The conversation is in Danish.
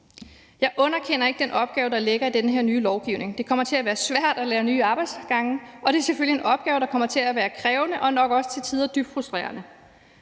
Jeg underkender ikke den opgave, der ligger i den her nye lovgivning. Det kommer til at være svært at lære nye arbejdsgange, og det er selvfølgelig en opgave, der kommer til at være krævende og nok også til tider dybt frustrerende.